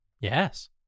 Yes